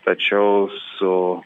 tačiau su